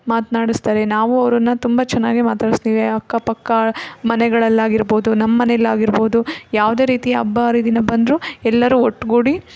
ಮಾತ್ನಾಡಿಸ್ತಾರೆ ನಾವೂ ಅವ್ರನ್ನ ತುಂಬ ಚೆನ್ನಾಗಿ ಮಾತಾಡಿಸ್ತೀವಿ ಅಕ್ಕಪಕ್ಕ ಮನೆಗಳಲ್ಲಾಗಿರ್ಬೋದು ನಮ್ಮ ಮನೆಲ್ಲಾಗಿರ್ಬೋದು ಯಾವುದೇ ರೀತಿಯ ಹಬ್ಬ ಹರಿದಿನ ಬಂದರೂ ಎಲ್ಲರೂ ಒಟ್ಟುಗೂಡಿ